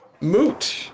Moot